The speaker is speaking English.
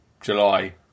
July